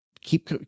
keep